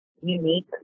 unique